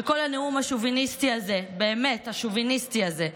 שכל הנאום השוביניסטי הזה, באמת השוביניסטי הזה,